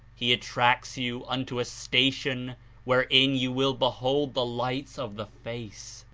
he attracts you unto a station wherein you will behold the lights of the face,